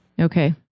Okay